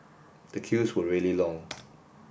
the queues were really long